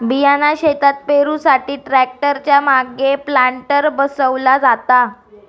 बियाणा शेतात पेरुसाठी ट्रॅक्टर च्या मागे प्लांटर बसवला जाता